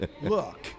look